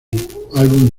álbum